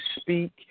speak